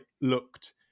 looked